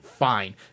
Fine